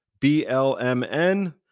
B-L-M-N